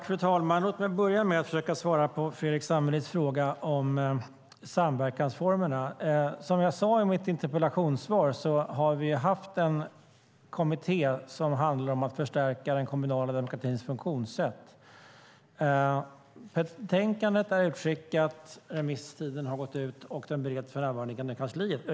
Fru talman! Låt mig börja med att försöka svara på Fredrik Lundh Sammelis fråga om samverkansformerna. Som jag sade i mitt interpellationssvar har vi haft en kommitté som handlar om att förstärka den kommunala demokratins funktionssätt. Betänkandet är utskickat, remisstiden har gått ut och det bereds för närvarande i Regeringskansliet.